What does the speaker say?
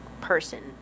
person